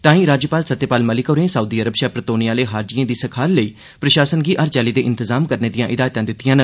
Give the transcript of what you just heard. ताई राज्यपाल सत्यपाल मलिक होरें सउदी अरब शा परतोने आह्ले हाजिएं दी सखाल लेई प्रशासन गी हर चाल्ली दे इंतजाम करने दिआं हिदायतां दित्तिआं न